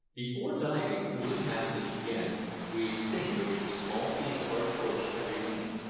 before diving through the passage again we extinguished the small piece of our torch that remained,